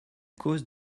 cause